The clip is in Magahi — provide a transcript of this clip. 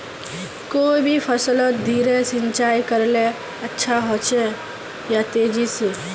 कोई भी फसलोत धीरे सिंचाई करले अच्छा होचे या तेजी से?